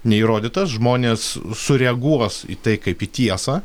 neįrodytas žmonės sureaguos į tai kaip į tiesą